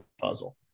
puzzle